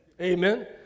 Amen